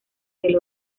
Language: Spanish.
del